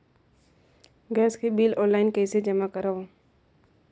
Gas के bill online कइसे जमा करव?